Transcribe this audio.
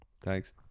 thanks